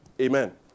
Amen